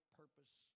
purpose